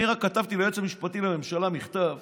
אני רק כתבתי ליועץ המשפטי לממשלה מכתב: